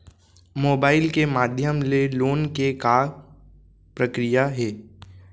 Mobile के माधयम ले लोन के का प्रक्रिया हे?